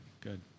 good